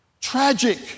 Tragic